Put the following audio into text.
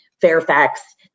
Fairfax